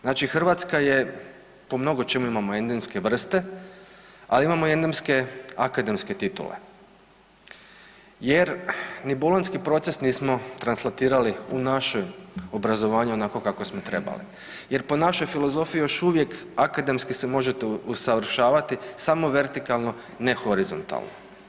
Znači Hrvatska je po mnogo čemu imamo endemske vrste, ali imao i endemske akademske titule jer ni bolonjski proces nismo translatirali u naše obrazovanje onako kako smo trebali jer po našoj filozofiji, još uvijek akademski se možete usavršavati samo vertikalno, ne horizontalno.